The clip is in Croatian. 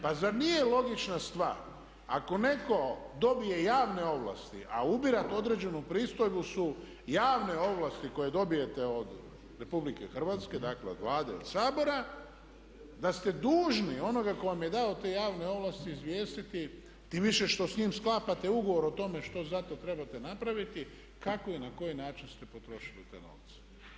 Pa zar nije logična stvar ako netko dobije javne ovlasti a ubirati određenu pristojbu su javne ovlasti koje dobijete od RH, dakle od Vlade i Sabora da ste dužni onoga tko vam je dao te javne ovlasti izvijestiti, tim više što s njim sklapate ugovor o tome što za to trebate napraviti kako i na koji način ste potrošili te novce.